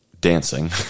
dancing